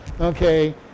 Okay